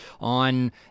on